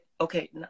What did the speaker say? okay